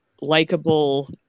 likable